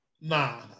Nah